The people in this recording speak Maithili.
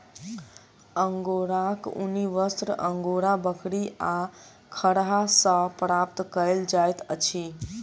अंगोराक ऊनी वस्त्र अंगोरा बकरी आ खरहा सॅ प्राप्त कयल जाइत अछि